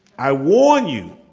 i warn you